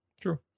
True